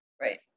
right